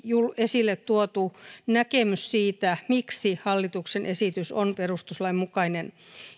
esille tuotu näkemys siitä miksi hallituksen esitys on perustuslain mukainen